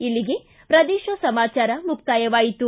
ಇಲ್ಲಿಗೆ ಪ್ರದೇಶ ಸಮಾಚಾರ ಮುಕ್ತಾಯವಾಯಿತು